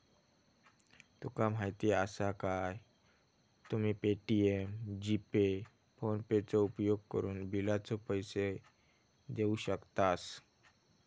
तुका माहीती आसा काय, तुम्ही पे.टी.एम, जी.पे, आणि फोनेपेचो उपयोगकरून बिलाचे पैसे देऊ शकतास